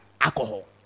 alcohol